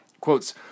quotes